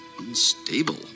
unstable